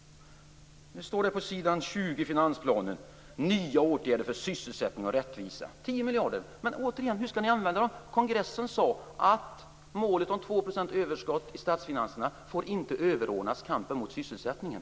Nu står det på s. 20 i finansplanen: "Nya åtgärder för sysselsättning och rättvisa." Jag frågar återigen: Hur skall ni använda de 10 miljarderna? På kongressen sades att målet om 2 % överskott i statsfinanserna inte får överordnas kampen för sysselsättningen.